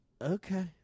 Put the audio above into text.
Okay